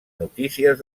notícies